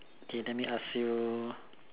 K let me ask you